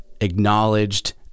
acknowledged